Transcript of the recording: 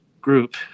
group